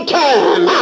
time